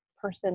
person